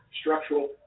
structural